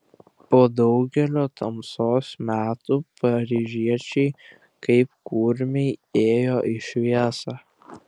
po daugelio tamsos metų paryžiečiai kaip kurmiai ėjo į šviesą